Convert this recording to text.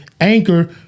anchor